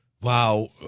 wow